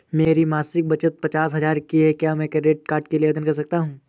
मेरी मासिक बचत पचास हजार की है क्या मैं क्रेडिट कार्ड के लिए आवेदन कर सकता हूँ?